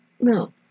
No